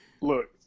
Look